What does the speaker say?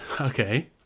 Okay